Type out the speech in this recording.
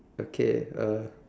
okay uh